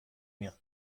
mir